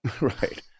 right